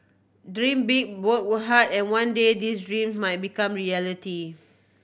dream big work hard and one day these dream might become a reality